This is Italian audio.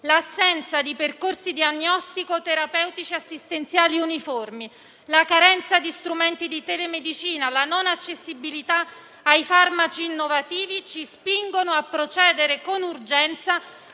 l'assenza di percorsi diagnostico-terapeutici assistenziali uniformi, la carenza di strumenti di telemedicina e la non accessibilità ai farmaci innovativi ci spingono a procedere con urgenza